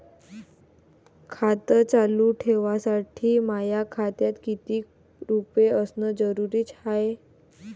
खातं चालू ठेवासाठी माया खात्यात कितीक रुपये असनं जरुरीच हाय?